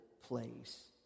place